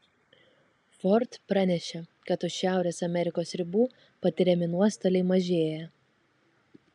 ford pranešė kad už šiaurės amerikos ribų patiriami nuostoliai mažėja